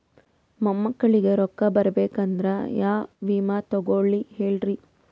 ಮೊಮ್ಮಕ್ಕಳಿಗ ರೊಕ್ಕ ಬರಬೇಕಂದ್ರ ಯಾ ವಿಮಾ ತೊಗೊಳಿ ಹೇಳ್ರಿ?